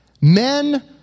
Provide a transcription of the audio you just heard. men